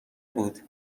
بود